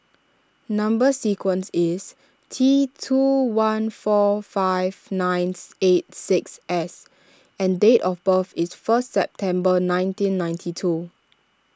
Number Sequence is T two one four five ninth eight six S and date of birth is first September nineteen ninety two